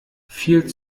viel